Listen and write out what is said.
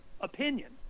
opinion